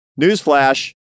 Newsflash